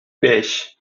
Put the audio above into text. beş